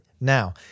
Now